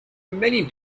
many